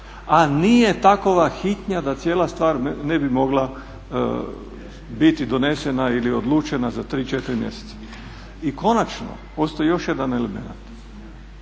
a nije takova hitnja da cijela stvar ne bi mogla biti donesena ili odlučena za 3-4 mjeseca. I konačno postoji još jedan element,